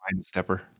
stepper